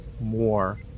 more